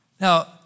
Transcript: Now